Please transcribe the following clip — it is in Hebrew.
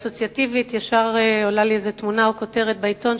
אסוציאטיבית עולה לי תמונה או כותרת בעיתון